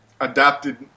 adapted